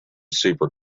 super